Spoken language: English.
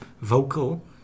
vocal